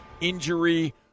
injury